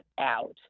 out